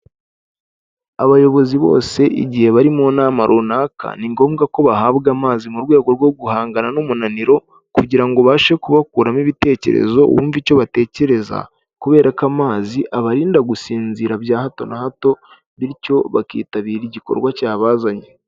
Abayobozi bose, igihe bari mu nama runaka, ni ngombwa ko bahabwa amazi mu rwego rwo guhangana n'umunaniro, kugira ngo ubashe kubakura mo ibitekerezo wumve icyo batekereza, kubera ko amazi abarinda gusinzira bya hato na hato, bityo bakitabira igikorwa cyabazanye.